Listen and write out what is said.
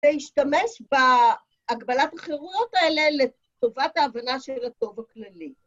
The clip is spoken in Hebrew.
להשתמש בהגבלת החירויות האלה לטובת ההבנה של הטוב הכללי.